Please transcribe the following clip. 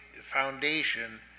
foundation